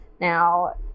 now